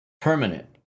Permanent